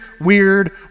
weird